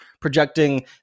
projecting